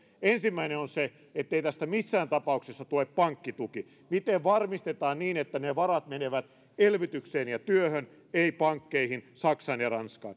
ensimmäinen on se ettei tästä missään tapauksessa tule pankkituki miten varmistetaan se että ne varat menevät elvytykseen ja työhön eivät pankkeihin saksaan ja